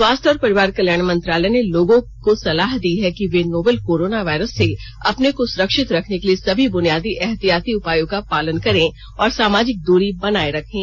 स्वास्थ्य और परिवार कल्याण मंत्रालय ने लोगों को सलाह दी है कि वे नोवेल कोरोना वायरस से अपने को सुरक्षित रखने के लिए सभी बुनियादी एहतियाती उपायों का पालन करें और सामाजिक दूरी बनाए रखें